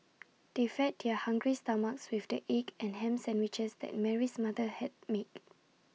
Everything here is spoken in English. they fed their hungry stomachs with the egg and Ham Sandwiches that Mary's mother had made